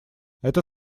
это